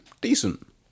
decent